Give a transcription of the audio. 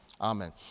Amen